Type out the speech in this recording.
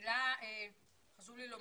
זה מאפשר להם לקבל את הסיוע החודשי,